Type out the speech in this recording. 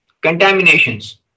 contaminations